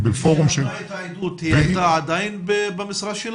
שהיא נתנה את העדות היא הייתה עדיין במשרה שלה?